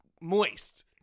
moist